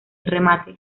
remate